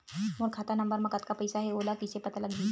मोर खाता नंबर मा कतका पईसा हे ओला कइसे पता लगी?